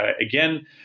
again